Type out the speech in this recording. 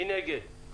מי נגד?